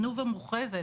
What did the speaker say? תנובה מוכרזת.